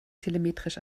telemetrisch